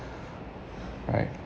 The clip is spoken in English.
right